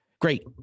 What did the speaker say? Great